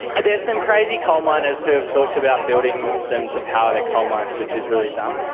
there are some crazy coalminers who have talked about building them to power their coal mines, which is really dumb,